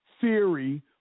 theory